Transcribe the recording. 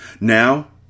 Now